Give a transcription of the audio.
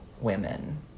women